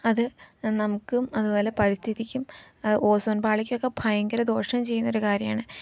അത് നമുക്കും അതുപോലെ പരിസ്ഥിതിക്കും ഓസോൺ പാളിക്കൊക്കെ ഭയങ്കര ദോഷം ചെയ്യുന്നൊരു കാര്യമാണ്